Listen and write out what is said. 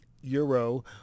euro